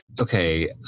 Okay